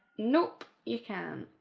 nope, you can't!